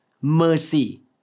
mercy